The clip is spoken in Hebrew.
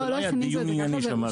זה לא היה דיון ענייני שם.